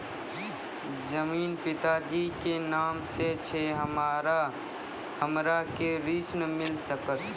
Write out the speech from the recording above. जमीन पिता जी के नाम से छै हमरा के ऋण मिल सकत?